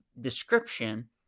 description